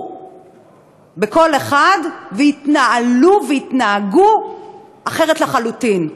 בקול אחד והתנהלו והתנהגו אחרת לחלוטין.